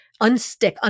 Unstick